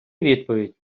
відповідь